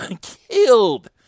killed